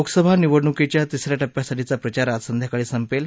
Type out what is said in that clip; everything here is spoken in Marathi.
लोकसभा निवडणुकीच्या तिसऱ्या टप्प्यासाठीचा प्रचार आज संध्याकाळी संपेल